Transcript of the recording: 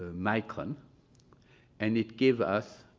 micron and it gives us